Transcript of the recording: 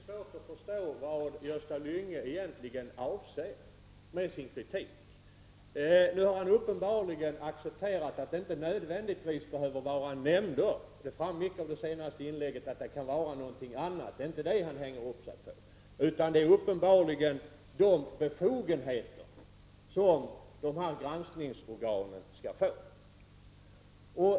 Fru talman! Det är svårt att förstå vad Gösta Lyngå egentligen avser med sin kritik. Nu har han uppenbarligen accepterat att det inte nödvändigtvis behöver vara nämnder — av det senaste inlägget framgick att det kan vara någonting annat, så det är inte detta han hänger upp sig på utan de befogenheter som granskningsorganen skall få.